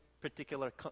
particular